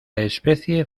especie